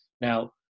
Now